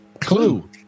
clue